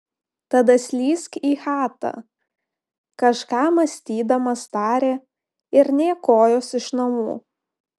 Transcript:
tada slysk į chatą kažką mąstydamas tarė ir nė kojos iš namų